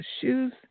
shoes